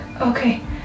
Okay